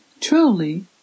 Truly